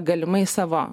galimai savo